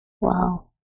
Wow